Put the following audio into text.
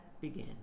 began